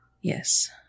Yes